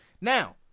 Now